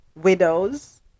widows